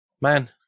man